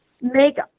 make